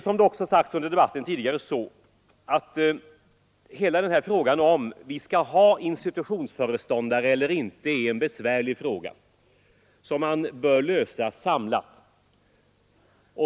Som sagts under debatten är hela frågan om vi skall ha institutionsföreståndare eller inte besvärlig och bör lösas samlad.